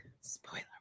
Spoiler